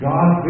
God